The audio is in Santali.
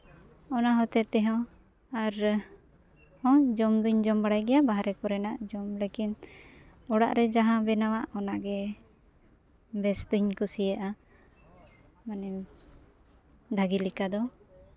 ᱚᱱᱟ ᱦᱚᱛᱮᱡ ᱛᱮᱦᱚᱸ ᱟᱨ ᱦᱚᱧ ᱡᱚᱢ ᱫᱩᱧ ᱡᱚᱢ ᱵᱟᱲᱟᱭ ᱜᱮᱭᱟ ᱵᱟᱦᱨᱮ ᱠᱚᱨᱮᱱᱟᱜ ᱡᱚᱢ ᱞᱟᱹᱜᱤᱫ ᱚᱲᱟᱜ ᱨᱮ ᱡᱟᱦᱟᱸ ᱵᱮᱱᱟᱣᱟᱜ ᱚᱱᱟ ᱜᱮ ᱵᱮᱥᱛᱤᱧ ᱠᱩᱥᱤᱭᱟᱜᱼᱟ ᱢᱟᱱᱮ ᱵᱷᱟᱹᱜᱤᱞᱮᱠᱟ ᱫᱚ